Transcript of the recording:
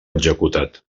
executat